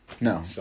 No